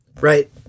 right